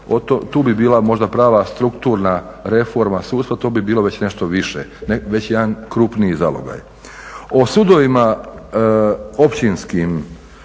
tu bi bila možda prava strukturna reforma sudstva, tu bi bilo možda već nešto više, već jedan krupniji zalogaj. O sudovima općinskim